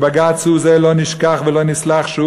לא נשכח ולא נסלח,